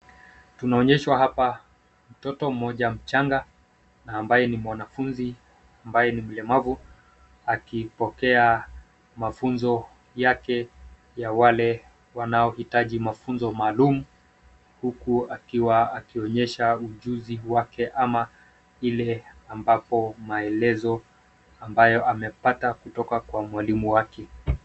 Tunaoneyshwa hapa mtoto mmoja mchanga na ambaye ni mwanafunzi ambaye ni mlemavu akipokea mafunzo yake ya wale wanaohitaji mafunzo maalum huku akiwa akionyesha ujuzi wake ama ile ambapo maelezo ambayo amepata kutoka kwa mwalimu wake.